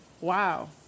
Wow